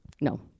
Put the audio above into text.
No